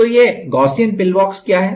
तो यह Gaussian pillbox क्या है